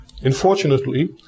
Unfortunately